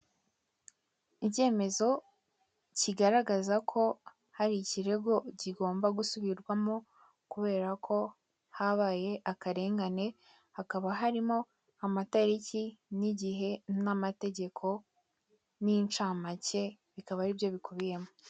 Icyemezo kigaragaza ko hari ikirego kigomba gusubirwamo kubera ko habaye akarengane, hakaba harimo amatariki, n'igihe, n'amategeko n'inshamake bikaba aribyo bikubiyemo.